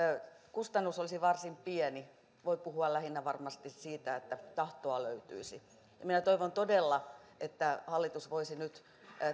kustannus olisi varsin pieni voi puhua lähinnä varmasti siitä että tahtoa löytyisi minä toivon todella että hallitus voisi nyt